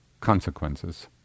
consequences